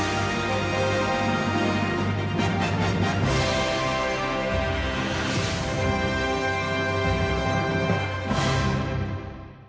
Hvala.